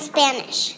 Spanish